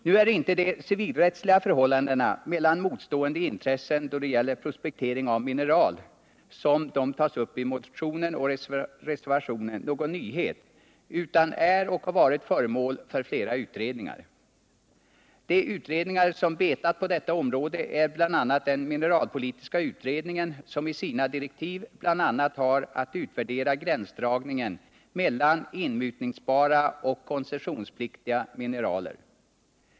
Nu är inte de civilrättsliga förhållandena mellan motstående intressen då det gäller prospektering av mineral som tas upp i motionen någon nyhet, utan de har varit och är föremål för flera utredningar. Bland de utredningar som har betat på detta område finns den mineralpolitiska utredningen, som i sina direktiv bl.a. har att utvärdera gränsdragningen mellan inmutningsbara och koncessionspliktiga mineraler.